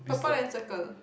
purple and circle